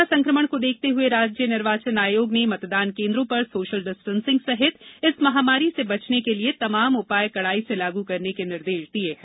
corona संक्रमण को देखते हुए राज्य निर्वाचन आयोग ने मतदान केन्द्रों पर सोशल डिस्टेंसिंग सहित इस महामारी से बचने के लिये तमाम उपाय कड़ाई से लागू करने के निर्देश दिये हैं